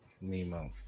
Nemo